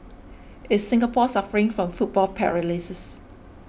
is Singapore suffering from football paralysis